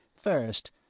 first